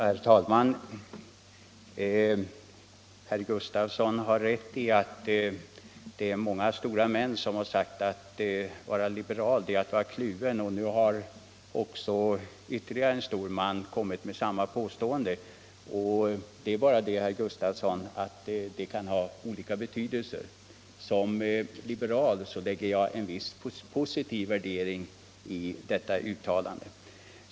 Herr talman! Herr Gustafsson i Byske har rätt i att många stora män har sagt: ”Att vara liberal är att vara kluven.” Nu har alltså ytterligare en stor man kommit med samma påstående. Det är bara det, herr Gustafsson, att uttrycket kan ha olika betydelser; det beror på hur man tolkar det. Som liberal lägger jag en positiv värdering i detta uttalande.